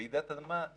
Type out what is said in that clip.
רעידת אדמה,